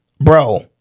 bro